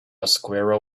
squirrel